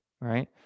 right